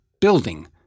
building